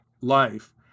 life